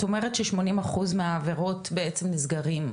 אומרת שכ-80% מן העבירות בעצם נסגרים.